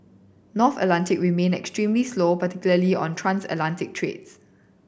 North Atlantic remained extremely slow particularly on transatlantic trades